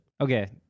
okay